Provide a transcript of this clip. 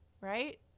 right